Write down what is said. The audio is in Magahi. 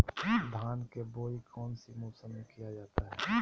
धान के बोआई कौन सी मौसम में किया जाता है?